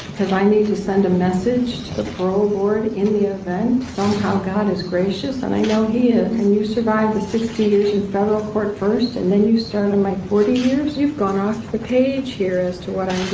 cause i need to send a message to the parole board in the event somehow god is gracious, and i know he is, and you survive the sixty years in federal court first and then you start on my forty years, you've gone off the page here as to what